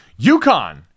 UConn